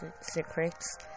secrets